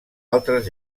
altres